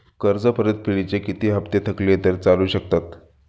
कर्ज परतफेडीचे किती हप्ते थकले तर चालू शकतात?